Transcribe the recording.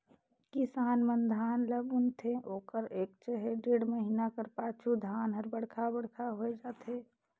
किसान मन धान ल बुनथे ओकर एक चहे डेढ़ महिना कर पाछू धान हर बड़खा बड़खा होए जाथे